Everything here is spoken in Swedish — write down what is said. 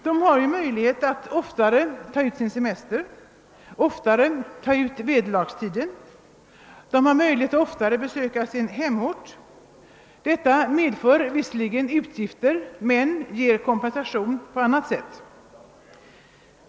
De har möjlighet att oftare ta ut semester och oftare ta ut sin vederlagstid. De har möjlighet att oftare besöka sin hemort — detta medför visserligen utgifter men ger kompensation på annat sätt.